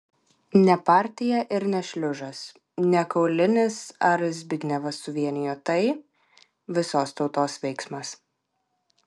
ne partija ir ne šliužas ne kaulinis ar zbignevas suvienijo tai visos tautos veiksmas